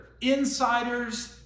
insiders